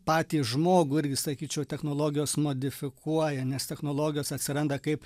patį žmogų irgi sakyčiau technologijos modifikuoja nes technologijos atsiranda kaip